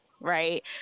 Right